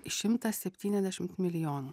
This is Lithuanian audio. šimtą septyniasdešimt milijonų